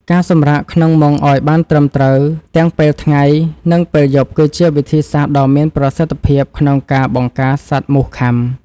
ការសម្រាកក្នុងមុងឱ្យបានត្រឹមត្រូវទាំងពេលថ្ងៃ និងពេលយប់គឺជាវិធីសាស្ត្រដ៏មានប្រសិទ្ធភាពក្នុងការបង្ការសត្វមូសខាំ។